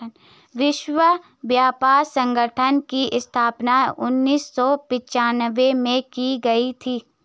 विश्व व्यापार संगठन की स्थापना उन्नीस सौ पिच्यानवे में की गई थी